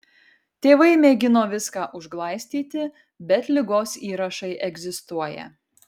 tėvai mėgino viską užglaistyti bet ligos įrašai egzistuoja